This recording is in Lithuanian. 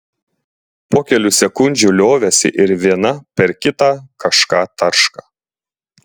po kelių sekundžių liovėsi ir viena per kitą kažką tarška